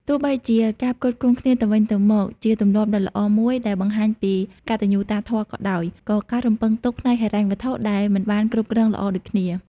ទោះបីជាការផ្គត់ផ្គង់គ្នាទៅវិញទៅមកជាទម្លាប់ដ៏ល្អមួយដែលបង្ហាញពីកតញ្ញូតាធម៌ក៏ដោយ ក៏ការរំពឹងទុកផ្នែកហិរញ្ញវត្ថុដែលមិនបានគ្រប់គ្រងល្អដូចគ្នា។